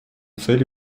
цели